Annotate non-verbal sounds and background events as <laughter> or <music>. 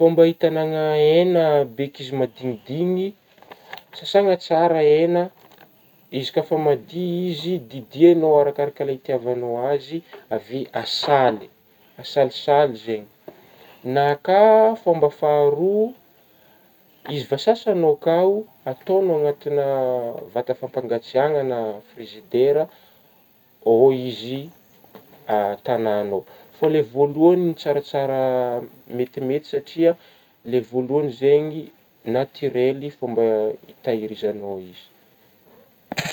Fômba hitagnagna hegna be k'izy efa mahadignidigny sasagna tsara hegna izy ka efa madiy izy didignao araka hitiavagnao azy avy eo asaly asalisaly zegny na ka fômba faharoa izy vosasagnao ka ataognao agnaty na vata fampangatsiahigna na frizidera ao izy <hesitation> tanagna ao ,fô ilay voalohagny tsaratsara metimety satrià ilay voalohagny zegny natirhely fomba hitahirizagnao izy.